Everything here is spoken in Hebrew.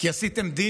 כי עשיתם דיל.